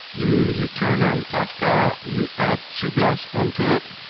you you turn on kafka. you add kubeless on to it.